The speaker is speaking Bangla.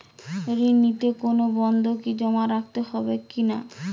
ঋণ নিতে কোনো বন্ধকি জমা রাখতে হয় কিনা?